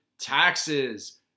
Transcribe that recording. taxes